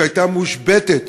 שהייתה מושבתת